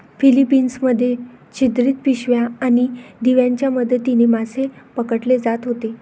Philippines मध्ये छिद्रित पिशव्या आणि दिव्यांच्या मदतीने मासे पकडले जात होते